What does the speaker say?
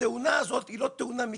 התאונה הזאת היא לא תאונה מקרית,